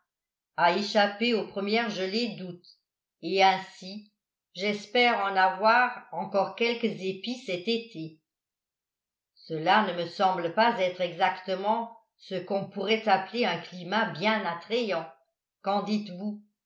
a échappé aux premières gelées d'août et ainsi j'espère en avoir encore quelques épis cet été cela ne me semble pas être exactement ce qu'on pourrait appeler un climat bien attrayant qu'en